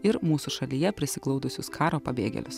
ir mūsų šalyje prisiglaudusius karo pabėgėlius